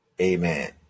Amen